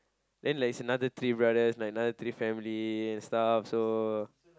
then there is another three brother another three families staff so